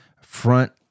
front